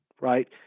right